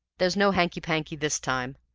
there's no hanky-panky this time.